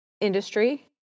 industry